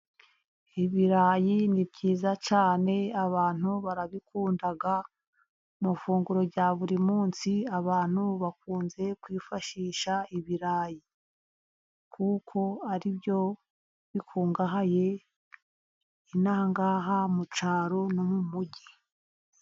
Ibirayi ni byiza cyane abantu barabikunda. Mu ifunguro rya buri munsi, abantu bakunze kwifashisha ibirayi kuko ari byo bikungahaye inaha ngaha mu cyaro no mu mujyi.